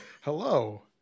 Hello